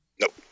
nope